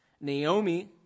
Naomi